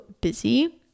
busy